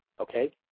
Okay